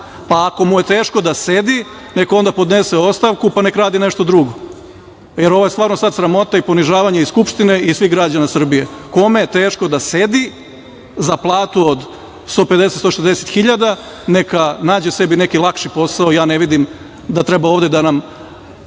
pa ako mu je teško da sedi, neka onda podnese ostavku, pa neka radi nešto drugo, jer ovo je sada stvarno sramota i ponižavanje i Skupštine i svih građana Srbije. Kome je teško da sedi za platu od 150, 160 hiljada neka nađe sebi neki lakši posao. Ja ne vidim da treba ovde da nam